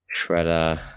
Shredder